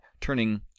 turning